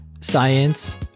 science